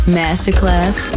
masterclass